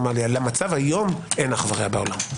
למצב כיום אין אח ורע בעולם.